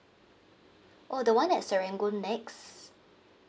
oh the one at serangoon NEX